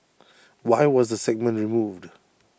why was the segment removed